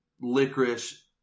licorice